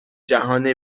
جهان